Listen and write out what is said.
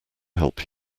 help